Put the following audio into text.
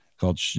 called